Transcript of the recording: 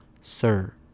sir